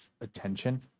attention